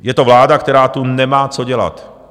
Je to vláda, která tu nemá co dělat.